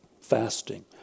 fasting